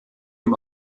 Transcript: ihm